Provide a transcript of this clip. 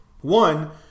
One